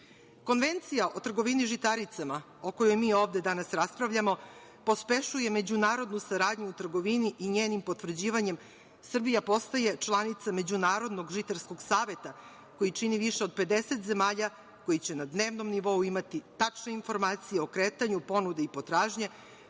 Konvencija o trgovini žitaricama, o kojoj mi danas ovde raspravljamo, pospešuje međunarodnu saradnju u trgovini i njenim potvrđivanjem Srbija postaje članica Međunarodnog žitarskog saveta, koji čine više od 50 zemalja koji će na dnevnom nivou imati tačne informacije o kretanju ponude i potražnje,